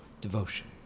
devotion